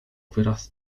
wyraz